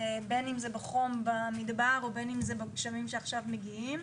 בין אם זה בחום במדבר ובין אם זה בגשמים שעכשיו מגיעים,